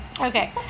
Okay